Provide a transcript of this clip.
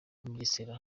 mugesera